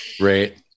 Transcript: Right